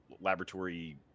laboratory